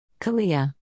Kalia